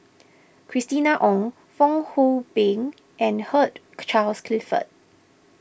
Christina Ong Fong Hoe Beng and Hugh Charles Clifford